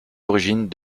origines